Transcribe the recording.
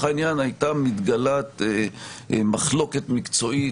העניין הייתה מתגלה מחלוקת מקצועית,